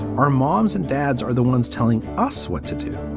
our moms and dads are the ones telling us what to do.